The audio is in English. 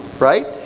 Right